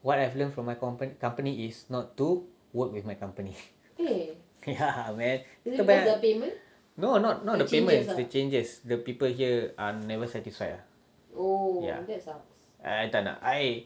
what I have learnt from my company company is not to work with my company ya man no not not the payment the changes the people here are never satisfied lah tak nak I